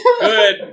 Good